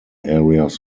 areas